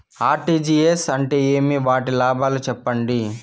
RTGS అంటే ఏమి? వాటి లాభాలు సెప్పండి?